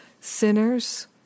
sinners